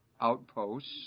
outposts